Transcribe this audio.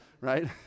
right